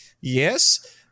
yes